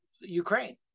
Ukraine